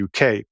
UK